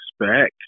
expect